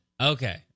okay